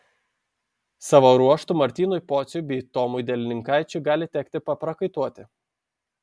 savo ruožtu martynui pociui bei tomui delininkaičiui gali tekti paprakaituoti